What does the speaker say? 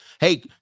Hey